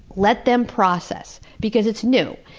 let them process. because it's new.